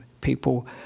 people